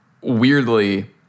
weirdly